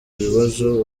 ibibazo